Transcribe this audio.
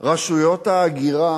רשויות ההגירה